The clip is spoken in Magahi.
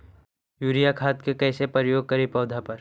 यूरिया खाद के कैसे प्रयोग करि पौधा पर?